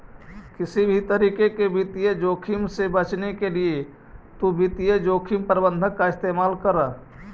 किसी भी तरीके के वित्तीय जोखिम से बचने के लिए तु वित्तीय जोखिम प्रबंधन का इस्तेमाल करअ